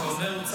אתה אומר,